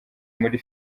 muri